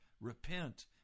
repent